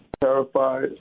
terrified